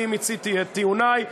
אני מיציתי את טיעוני,